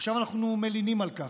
עכשיו אנחנו מלינים על כך.